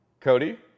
Cody